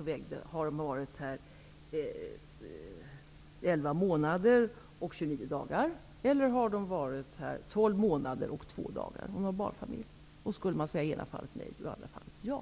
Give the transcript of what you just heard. Om en barnfamilj hade varit här i 11 månader och 29 dagar och en annan i 12 månader och 2 dagar skulle man i det ena fallet säga nej